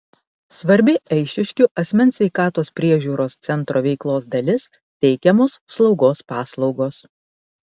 svarbi eišiškių asmens sveikatos priežiūros centro veiklos dalis teikiamos slaugos paslaugos